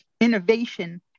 innovation